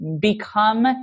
become